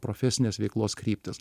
profesinės veiklos kryptys